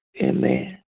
Amen